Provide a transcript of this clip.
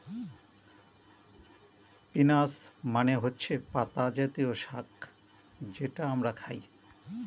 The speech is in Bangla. স্পিনাচ মানে হচ্ছে পাতা জাতীয় শাক যেটা আমরা খায়